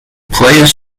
players